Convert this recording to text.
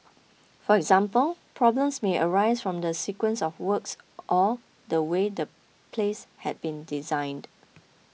for example problems may arise from the sequence of works or or the way the place has been designed